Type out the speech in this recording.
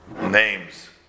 names